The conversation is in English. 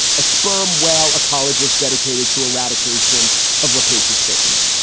a sperm whale ecologist dedicated to eradication of rapacious fishermen.